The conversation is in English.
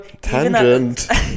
Tangent